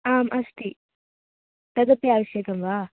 आम् अस्ति तदपि आवश्यकं वा